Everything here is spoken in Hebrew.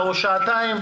שירים,